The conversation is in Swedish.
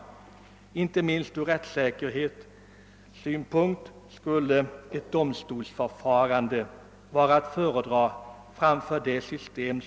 Inte minst från rättssäkerhetssynpunkt skulle domstolsbehandling vara att föredra.